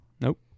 Nope